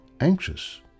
anxious